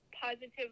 positively